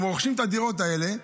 הם רוכשים את הדירות האלה,